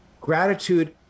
Gratitude